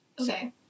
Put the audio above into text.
Okay